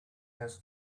has